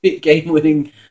game-winning